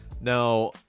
now